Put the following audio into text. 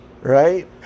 Right